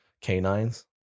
canines